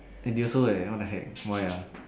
then they also like what the heck why ah